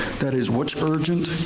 that is, what's urgent,